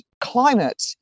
climate